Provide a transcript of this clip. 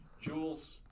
Jules